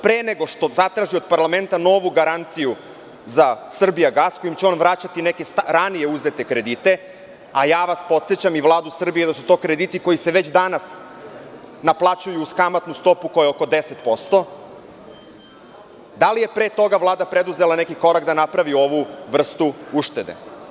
Pre nego što zatraži od parlamenta novu garanciju za „Srbijagas“ kojom će se vraćati neki ranije uzeti krediti, a podsećam vas i Vladu Srbije da su to krediti koji se već danas naplaćuju uz kamatnu stopu koja je oko 10%, da li je pre toga Vlada preduzela neki korak da napravi ovu vrstu uštede?